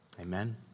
Amen